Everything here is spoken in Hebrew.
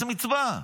זאת מצווה.